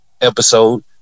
episode